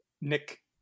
Nick